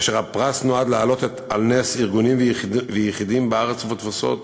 כאשר הפרס נועד להעלות על נס ארגונים ויחידים בארץ ובתפוצות